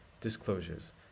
Disclosures